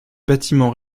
bâtiments